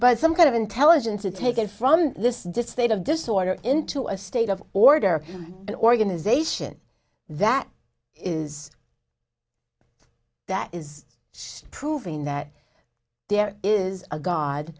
but some kind of intelligence to take it from this dissipate of disorder into a state of order and organization that is that is proving that there is a god